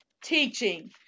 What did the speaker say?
teaching